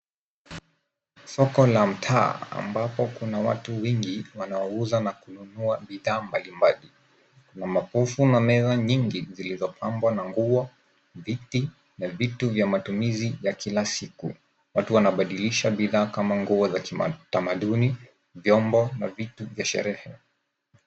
Soko la mtaa ambapo kuna watu wengi wanaouza na kununua bidhaa mbalimbali. Kuna makufu na meza nyingi zilizopambwa na nguo, viti na vitu vya matumizi ya kila siku. Watu wanabadilisha kama nguo za kitamaduni, vyombo na vitu vya sherehe.